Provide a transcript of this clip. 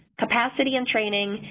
capacity and training,